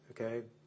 okay